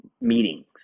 meetings